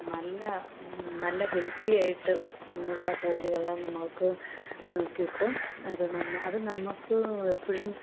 നല്ല നല്ല ഹെൽത്തിയായിട്ട് ഉള്ള കോഴികളെ നമ്മൾക്ക് കിട്ടും അത് നമ്മൾ അത് നമുക്ക് എപ്പോഴും